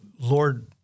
Lord